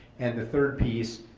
and the third piece